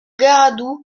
garadoux